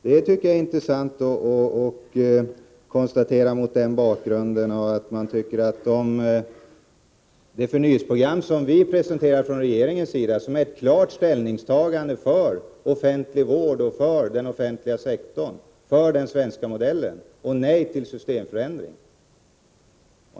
Detta är intressant mot bakgrund av att man tycker att det förnyelseprogram som regeringen presenterat är ett klart ställningstagande för offentlig vård och för den offentliga sektorn, alltså ja till den svenska modellen och nej till en systemförändring.